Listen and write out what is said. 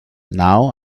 now